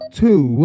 two